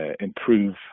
improve